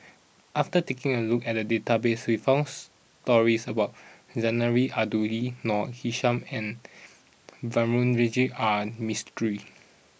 after taking a look at the database we found stories about Zarinah Abdullah Noor Aishah and R Mistri